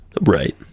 Right